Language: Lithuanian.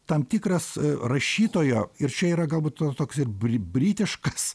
tam tikras rašytojo ir čia yra galbūt toks ir bri britiškas